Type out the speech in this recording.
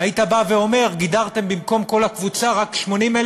היית בא ואומר: במקום כל הקבוצה גידרתם רק 80,000,